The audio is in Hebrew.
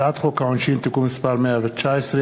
הצעת חוק העונשין (תיקון מס' 119),